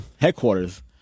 headquarters